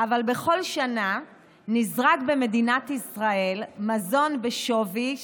אבל בכל שנה נזרק במדינת ישראל מזון בשווי של,